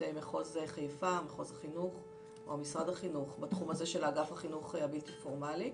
מחוז חיפה ומשרד החינוך בתום של אגף החינוך הבלתי פורמלי.